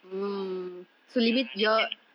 so ya then then